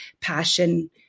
passion